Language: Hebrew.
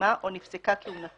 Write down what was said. שהסתיימה או נפסקה כהונתו,